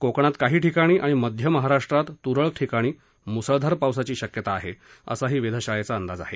कोकणात काही ठिकाणी आणि मध्य महाराष्ट्रात तुरळक ठिकाणी मुसळधार पावसाची शक्यता आहे असा वेधशाळेचा अंदाज आहे